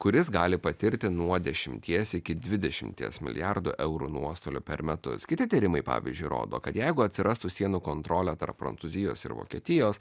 kuris gali patirti nuo dešimties iki dvidešimties milijardų eurų nuostolių per metus kiti tyrimai pavyzdžiui rodo kad jeigu atsirastų sienų kontrolė tarp prancūzijos ir vokietijos